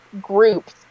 groups